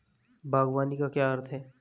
बागवानी का क्या अर्थ है?